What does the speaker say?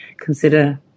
consider